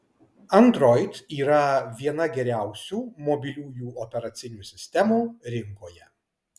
android yra viena geriausių mobiliųjų operacinių sistemų rinkoje